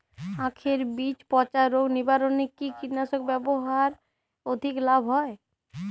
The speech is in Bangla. আঁখের বীজ পচা রোগ নিবারণে কি কীটনাশক ব্যবহারে অধিক লাভ হয়?